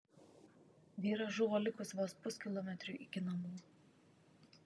vyras žuvo likus vos puskilometriui iki namų